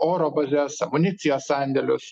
oro bazes amunicijos sandėlius